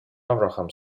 avraham